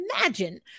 imagine